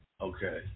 okay